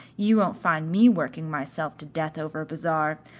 you won't find me working myself to death over a bazaar.